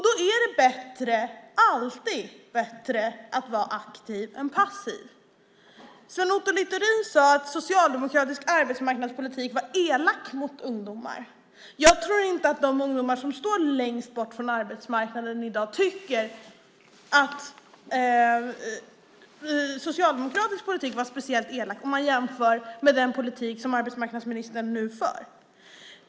Då är det alltid bättre att vara aktiv än passiv. Sven Otto Littorin sade att socialdemokratisk arbetsmarknadspolitik var elak mot ungdomar. Jag tror inte att de ungdomar som står längst bort från arbetsmarknaden tycker att socialdemokratisk politik var speciellt elak om de jämför med den politik som arbetsmarknadsministern för.